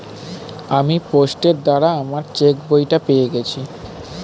আমি পোস্টের দ্বারা আমার চেকবইটা পেয়ে গেছি